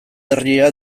herria